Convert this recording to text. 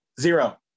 Zero